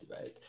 right